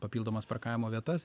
papildomas parkavimo vietas